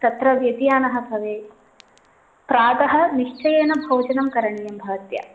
तत्र व्यद्यानः भवेत् प्रातः निश्चयेन भोजनं करणीयं भवत्या